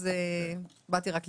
אז באתי רק לתמוך.